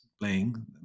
playing